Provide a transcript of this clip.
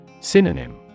Synonym